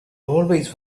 always